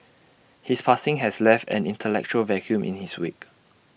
his passing has left an intellectual vacuum in his wake